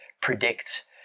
predict